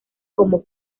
como